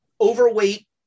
overweight